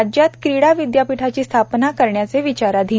राज्यात क्रीडा विद्यापीठाची स्थापना करण्याचे विचाराधीन